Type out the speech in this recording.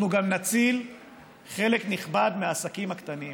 אנחנו גם נציל חלק נכבד מהעסקים הקטנים,